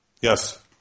Yes